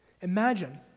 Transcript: Imagine